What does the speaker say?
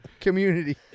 Community